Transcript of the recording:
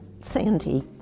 Sandy